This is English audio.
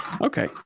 Okay